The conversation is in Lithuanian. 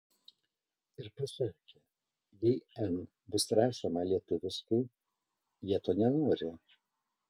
ir pasakė kad jei n bus rašoma lietuviškai jie to nenori